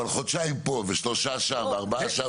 אבל חודשיים פה, ושלושה שם, וארבעה שם.